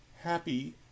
happy